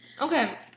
Okay